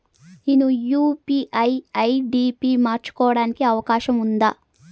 నేను UPI ID పి మార్చుకోవడానికి అవకాశం ఉందా?